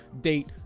date